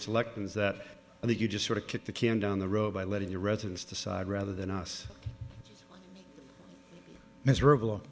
select ins that i think you just sort of kick the can down the road by letting your residence decide rather than us miserable